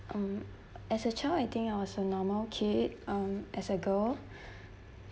um as a child I think I was a normal kid um as a girl